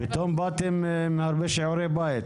פתאום באתם עם הרבה שיעורי בית.